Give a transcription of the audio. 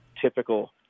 typical